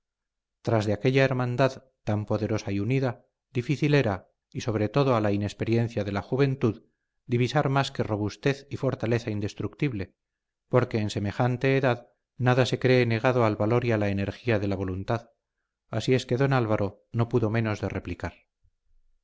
tras de aquella hermandad tan poderosa y unida difícil era y sobre todo a la inexperiencia de la juventud divisar más que robustez y fortaleza indestructible porque en semejante edad nada se cree negado al valor y a la energía de la voluntad así es que don álvaro no pudo menos de replicar